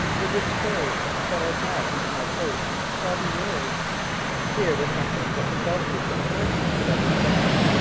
the rich furs that are brought into my posts, shall be yours here was something that the self-seeking merchants could understand.